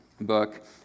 book